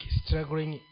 struggling